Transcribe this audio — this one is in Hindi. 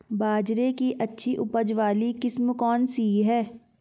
बाजरे की अच्छी उपज वाली किस्म कौनसी है?